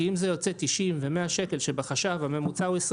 כי אם זה יוצא 90 ו-100 שקל כשבחש"ב הממוצע הוא 20